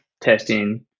testing